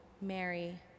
Mary